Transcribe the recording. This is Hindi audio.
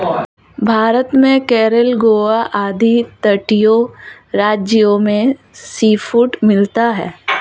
भारत में केरल गोवा आदि तटीय राज्यों में सीफूड मिलता है